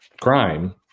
crime